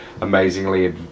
amazingly